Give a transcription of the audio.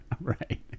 right